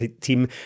team